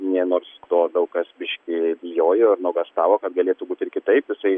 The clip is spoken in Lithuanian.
ne nors to daug kas biški bijojo ir nuogąstavo kad galėtų būti ir kitaip jisai